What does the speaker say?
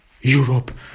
europe